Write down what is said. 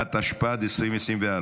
התשפ"ד 2024,